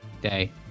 Day